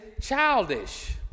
childish